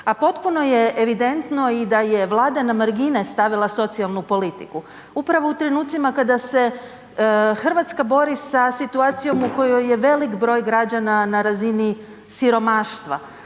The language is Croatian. a potpuno je evidentno i da je Vlada na margine stavila socijalnu politiku upravo u trenucima kada se Hrvatska bori sa situacijom u kojoj je velik broj građana na razini siromaštva,